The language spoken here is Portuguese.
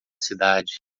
cidade